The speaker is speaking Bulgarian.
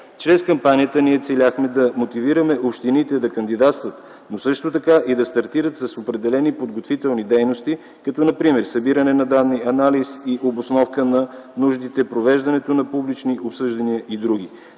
Чрез кампанията ние целяхме да мотивираме общините да кандидатстват, но също така и да стартират с определени подготвителни дейности, като например: събиране на данни, анализ и обосновка на нуждите, провеждането на публични обсъждания и др.,